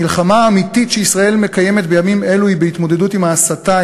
המלחמה האמיתית שישראל מקיימת בימים אלו היא בהתמודדות עם ההסתה,